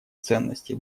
ценности